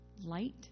light